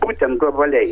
būtent globaliai